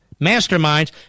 masterminds